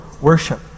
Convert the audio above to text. worship